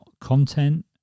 content